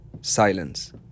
Silence